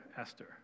Esther